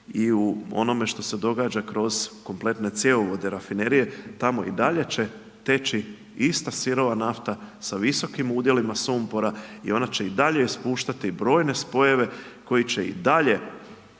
i u onome što se događa kroz kompletne cjevovode rafinerije, tamo i dalje će teći ista sirova nafta, sa visokim udjelima sumpora i ona će i dalje ispuštati brojne spojeve, koji će i dalje,